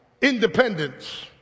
independence